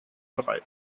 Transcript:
bereit